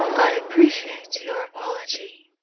i appreciate your apology.